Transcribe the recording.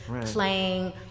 playing